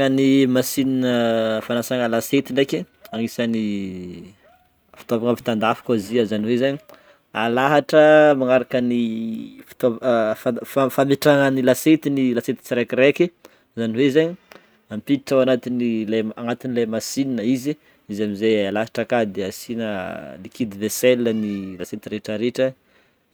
Ny machine fanasana lasiety ndreky, agnisany fitôvagna avy tandafy koa izy Io zany hoe zany alahatra magnataka ny fametrahagna lasiety n'y lasiety tsirekireky zany hoe zany ampiditra ao agnaty ny ilay machine izy, izy amize alahatra akagny de asina liquide vaisselle ny lasiety retraretra